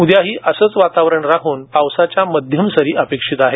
उद्या असंच वातावरण राहून पावसाच्या मध्यम सरी अपेक्षित आहेत